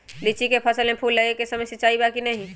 लीची के फसल में फूल लगे के समय सिंचाई बा कि नही?